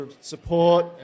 Support